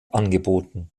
angeboten